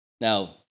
Now